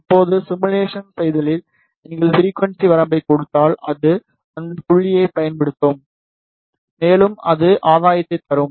இப்போது சிமுலேஷன் செய்தலில் நீங்கள் ஃபிரிக்குவன்ஸி வரம்பைக் கொடுத்தால் அது அந்த புள்ளிகளைப் பயன்படுத்தும் மேலும் அது ஆதாயத்தைத் தரும்